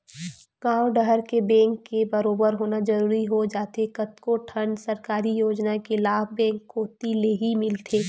गॉंव डहर के बेंक के बरोबर होना जरूरी हो जाथे कतको ठन सरकारी योजना के लाभ बेंक कोती लेही मिलथे